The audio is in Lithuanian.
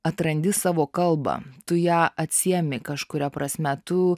atrandi savo kalbą tu ją atsiėmei kažkuria prasme tu